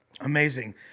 Amazing